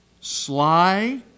Sly